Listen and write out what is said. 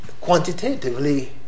quantitatively